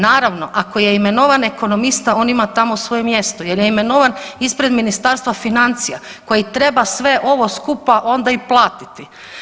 Naravno ako je imenovan ekonomista on ima tamo svoje mjesto jer je imenovan ispred Ministarstva financija koji treba sve ovo skupa onda i platiti.